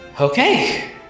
Okay